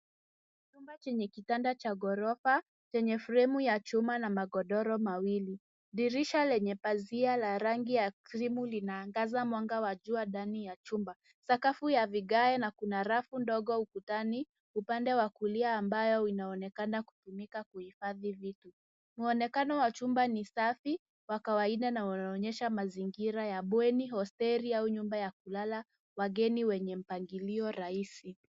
Chumba chenye kitanda cha ghorofa chenye fremu ya chuma na magodoro. Dirisha lenye pazia la rangi ya krimu linaangaza mwanga wa jua ndani ya chumba. Sakafu ya vigae na kunarafu ndogo ukutani upande wa kulia ambayo inaonekana kutumika kuhifadhi vitu. Mwonekano wa chumba ni safi wa kawaida na wanaonyesha mazingira ya bweni, hosteli au nyumba ya kulala wageni wenye mpangilio rahisi.